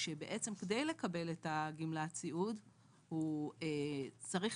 כשבעצם כדי לקבל את גמלת הסיעוד הוא צריך